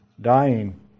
dying